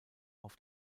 auf